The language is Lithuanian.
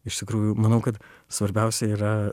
iš tikrųjų manau kad svarbiausia yra